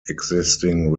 existing